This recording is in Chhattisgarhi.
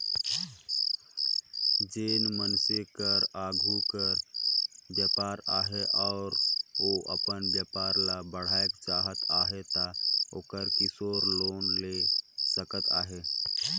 जेन मइनसे कर आघु कर बयपार अहे अउ ओ अपन बयपार ल बढ़ाएक चाहत अहे ता ओहर किसोर लोन ले सकत अहे